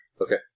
Okay